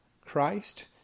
Christ